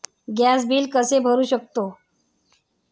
Gas bill कसे भरू शकतो?